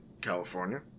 California